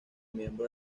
miembro